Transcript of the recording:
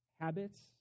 Habits